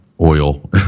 Oil